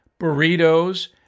burritos